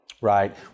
Right